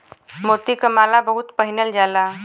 मोती क माला बहुत पहिनल जाला